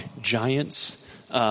giants